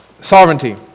sovereignty